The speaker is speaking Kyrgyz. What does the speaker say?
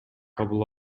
кабыл